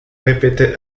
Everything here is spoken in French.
répétait